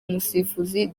umusifuzi